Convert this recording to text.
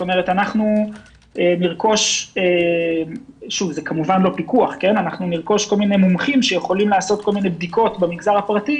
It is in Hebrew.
אנחנו נרכוש כל מיני מומחים שיכולים לעשות כל מיני בדיקות במכרז הפרטי